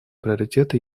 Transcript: приоритет